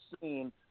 seen